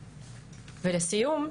לסיום,